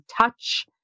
touch